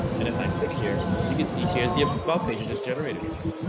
and if i click here, you can see here's the about page just generated for me,